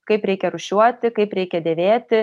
kaip reikia rūšiuoti kaip reikia dėvėti